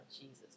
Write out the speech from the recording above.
Jesus